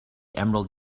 emerald